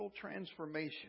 transformation